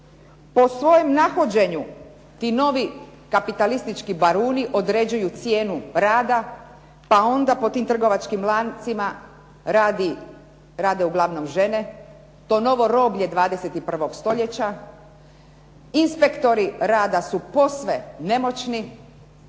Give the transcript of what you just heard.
Po svojem nahođenju ti novi kapitalistički baruni određuju cijenu rada pa onda po tim trgovačkim lancima rade uglavnom žene, to novo roblje 21. stoljeća. Inspektori rada su posve nemoćni